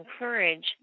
encourage